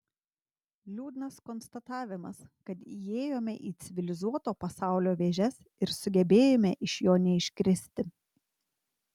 liūdnas konstatavimas kad įėjome į civilizuoto pasaulio vėžes ir sugebėjome iš jo neiškristi